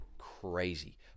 crazy